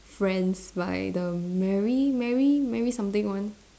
friends by the mary mary mary something one